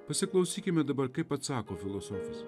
pasiklausykime dabar kaip atsako filosofas